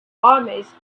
armies